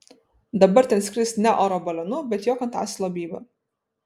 dabar ten skrisk ne oro balionu bet jok ant asilo bybio